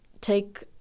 take